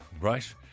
right